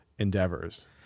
endeavors